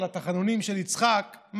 על התחנונים של יצחק,